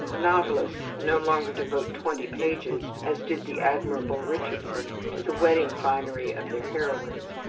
novelists no longer devote twenty pages, as did the admirable richardson, to the wedding finery of their heroines.